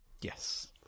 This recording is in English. yes